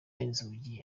inzugi